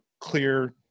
clear